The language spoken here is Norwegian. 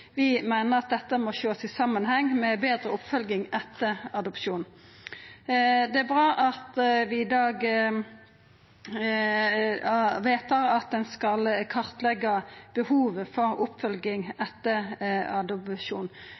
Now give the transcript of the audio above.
vi meiner at dette må sjåast i samanheng med betre oppfølging etter adopsjon. Det er bra at vi i dag vedtar at ein skal kartleggja behovet for oppfølging etter